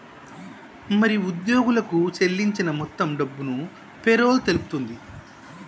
మరి ఉద్యోగులకు సేల్లించిన మొత్తం డబ్బును పేరోల్ తెలుపుతుంది